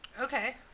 Okay